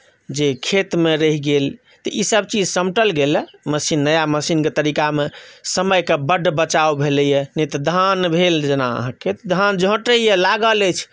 जे खेतमे रहि गेल तऽ ईसभ चीज समटल गेलए मशीन नया मशीनके तरीकामे समयक बड्ड बचाव भेलैए नहि तऽ धान भेल जेना अहाँके तऽ धान झँटैए लागल अछि